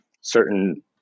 certain